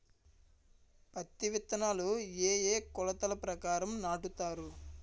పత్తి విత్తనాలు ఏ ఏ కొలతల ప్రకారం నాటుతారు?